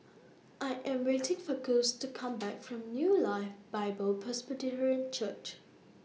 I Am waiting For Gus to Come Back from New Life Bible Presbyterian Church